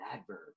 adverb